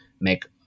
make